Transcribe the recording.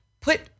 put